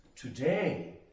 Today